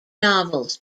novels